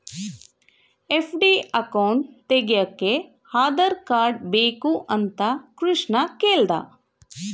FD account ತೆಗೆಯೋಕೆ Aadhaar card ಬೇಕು ಅಂತ ಕೃಷ್ಣ ಕೇಳ್ದ